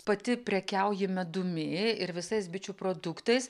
pati prekiauji medumi ir visais bičių produktais